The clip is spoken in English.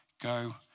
Go